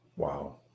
Wow